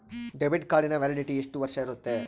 Debit ಕಾರ್ಡಿನ validity ಎಷ್ಟು ವರ್ಷ ಇರುತ್ತೆ?